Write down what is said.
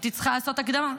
הייתי צריכה לעשות הקדמה.